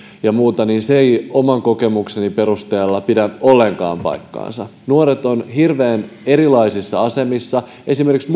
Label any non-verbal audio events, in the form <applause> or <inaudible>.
ja muuta ja se ei oman kokemukseni perusteella pidä ollenkaan paikkaansa nuoret ovat hirveän erilaisissa asemissa esimerkiksi <unintelligible>